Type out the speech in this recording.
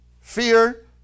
fear